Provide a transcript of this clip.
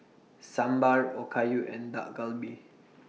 Sambar Okayu and Dak Galbi